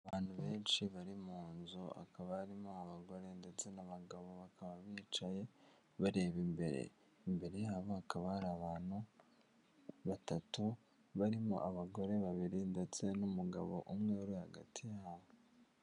Abantu benshi bari mu nzu akaba arimo abagore ndetse n'abagabo bakaba bicaye bareba imbere, imbere yabo hakaba hari abantu batatu barimo abagore babiri ndetse n'umugabo umwe uri hagati yabo.